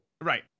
right